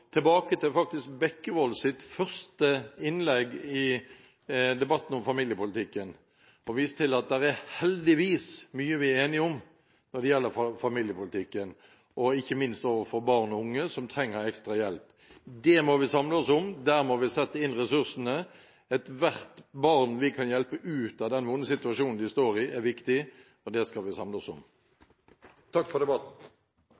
tilbake til Bekkevolds første innlegg i debatten om familiepolitikken, og vise til at det heldigvis er mye vi er enige om, ikke minst når det gjelder barn og unge som trenger ekstra hjelp. Det må vi samle oss om, der må vi sette inn ressursene. Ethvert barn vi kan hjelpe ut av den vonde situasjonen de står i, er viktig, og det skal vi samle oss om. Takk for debatten!